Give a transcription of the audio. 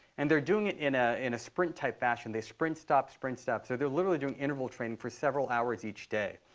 and they're doing it in ah a sprint type fashion. they sprint, stop, sprint, stop. so they're literally doing interval training for several hours each day.